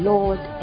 Lord